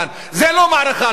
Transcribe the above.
זה לא מערכה על דמוקרטיה.